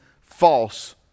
false